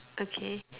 okay